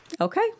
Okay